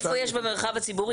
איפה יש במרחב הציבורי?